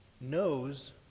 knows